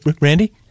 Randy